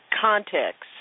context